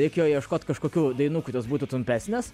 reikėjo ieškot kažkokių dainų kurios būtų trumpesnės